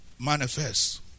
Manifest